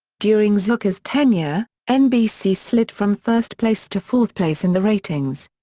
during zucker's tenure, nbc slid from first place to fourth place in the ratings.